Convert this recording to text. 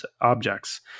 objects